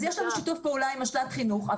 אז יש לנו שיתוף פעולה עם משל"ט חינוך,